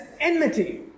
enmity